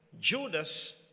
Judas